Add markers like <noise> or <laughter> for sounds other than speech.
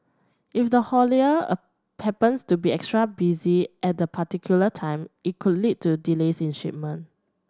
if the haulie <hesitation> happens to be extra busy at that particular time it could lead to delays in shipment